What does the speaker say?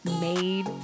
made